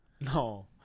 No